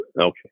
Okay